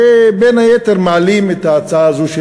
שבין היתר מעלים את ההצעה הזאת,